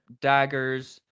daggers